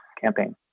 campaign